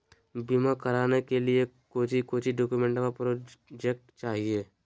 बीमा कराने के लिए कोच्चि कोच्चि डॉक्यूमेंट प्रोजेक्ट चाहिए?